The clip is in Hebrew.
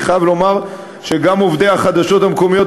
אני חייב לומר שגם עובדי החדשות המקומיות